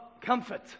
comfort